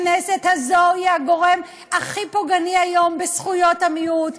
הכנסת הזאת היא הגורם הכי פוגעני היום בזכויות המיעוט,